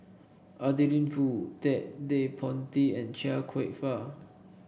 Adeline Foo Ted De Ponti and Chia Kwek Fah